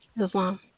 Islam